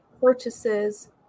purchases